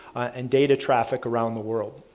and data traffic around the world.